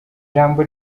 jambo